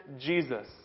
Jesus